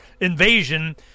invasion